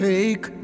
Take